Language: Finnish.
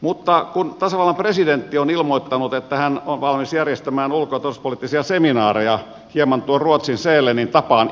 mutta kun tasavallan presidentti on ilmoittanut että hän on valmis järjestämään ulko ja turvallisuuspoliittisia seminaareja ilmeisesti hieman tuon ruotsin sälenin tapaan